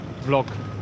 vlog